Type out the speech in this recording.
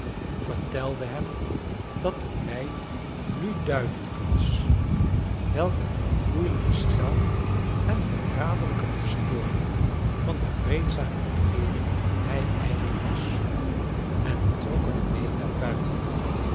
vertelde hem dat het mij nu duidelijk was welk een verfoeilijke schelm en verraderlijke vers to order van de vreedzame regeering hij eigenlijk was en trok hem mee naar buiten